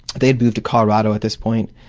they had moved to colorado at this point,